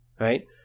right